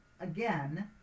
again